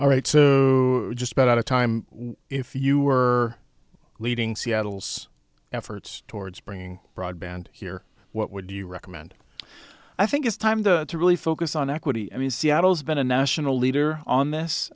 all right so just about out of time if you were leading seattle's efforts towards bringing broadband here what would you recommend i think it's time to really focus on equity i mean seattle's been a national leader on this